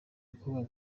mukobwa